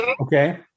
Okay